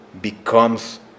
becomes